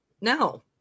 No